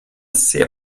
sehr